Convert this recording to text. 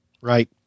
Right